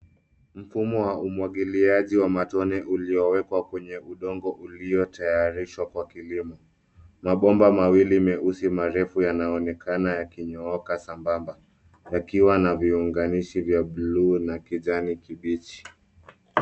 Mfumo wa umwagiliaji wa matone uliowekwa kwenye udongo ulio tayarishwa kwa kilimo. Mabomba mawili meusi marefu yanaonekana yakinyooka sambamba yakiwa na viunganishi vya bluu na kijani kibichi.